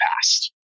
past